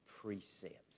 precepts